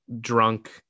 drunk